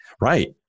Right